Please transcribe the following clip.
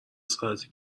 ساعته